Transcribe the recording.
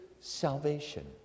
salvation